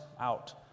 out